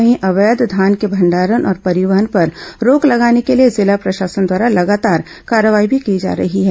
वहीं अवैघ धान के भंडारण और परिवहन पर रोक लगाने के लिए जिला प्रशासन द्वारा लगातार कार्रवाई भी की जा रही है